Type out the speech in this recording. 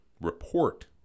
report